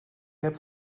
heb